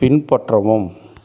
பின்பற்றவும்